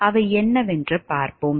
அவை என்னவென்று பார்ப்போம்